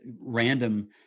random